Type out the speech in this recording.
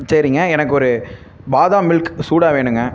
சரிங்க எனக்கு ஒரு பாதாம் மில்க் சூடாக வேணுங்க